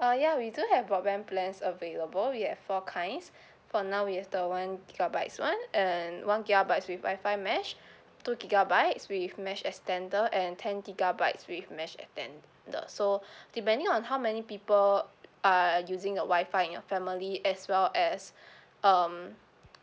uh ya we do have advance plans available we've four kinds for now we have the one gigabytes [one] and one gigabytes with wi-fi mesh two gigabytes with mesh extender and ten gigabytes with mesh e~ tender so depending on how many people are using your wi-fi in your family as well as um